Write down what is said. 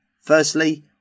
Firstly